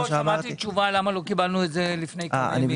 רציתי לדעת למה לא קיבלנו את זה לפני כן.